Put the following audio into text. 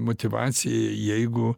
motyvacijai jeigu